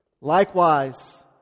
Likewise